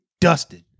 dusted